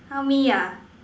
tell me ya